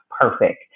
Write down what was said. perfect